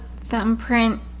thumbprint